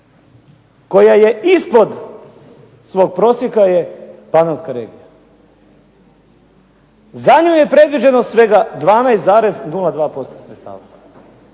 koja je ispod svog prosjeka je Panonska regija. Za nju je predviđeno svega 12,02% sredstava,